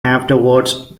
afterwards